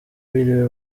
biriwe